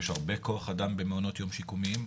יש הרבה כוח אדם במעונות יום שיקומיים.